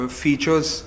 features